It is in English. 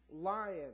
Lion